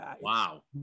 Wow